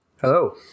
Hello